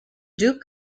duke